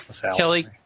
Kelly